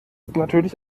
natürlich